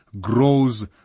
grows